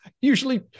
usually